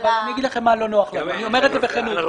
אני אומר לכם מה לא נוח לנו ואני אומר את זה בכנות.